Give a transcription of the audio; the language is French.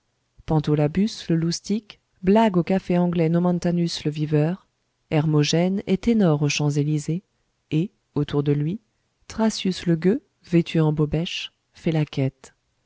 un dragon pantolabus le loustic blague au café anglais nomentanus le viveur hermogène est ténor aux champs-élysées et autour de lui thrasius le gueux vêtu en bobèche fait la